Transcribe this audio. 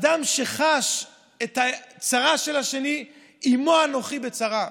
אדם שחש את הצרה של השני, "עמו אנכי בצרה".